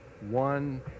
one